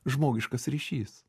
žmogiškas ryšys